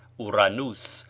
ouranus,